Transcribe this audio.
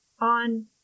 on